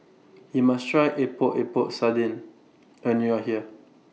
YOU must Try Epok Epok Sardin when YOU Are here